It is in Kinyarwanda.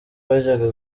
bajyaga